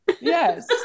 yes